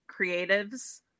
creatives